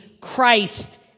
Christ